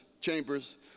chambers